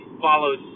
follows